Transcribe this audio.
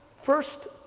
first,